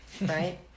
right